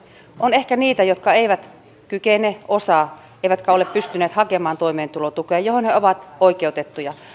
on ehkä niitä jotka eivät kykene osaa eivätkä ole pystyneet hakemaan toimeentulotukea johon he ovat oikeutettuja